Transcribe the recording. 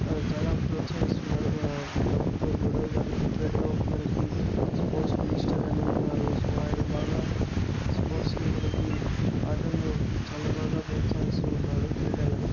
చాలా ప్రొత్సాహిస్తున్నారు మన ప్రభుత్వం కూడా దానికి సెపరేట్గా ఒక మనకి స్పోర్ట్స్ మినిస్టర్ అని ఉన్నారు సో ఆయన బాగా స్పోర్ట్స్ని మనకి ఆటలను చాలా బాగా ప్రోత్సహిస్తు ఉన్నాడు క్రీడలను